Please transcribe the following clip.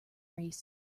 race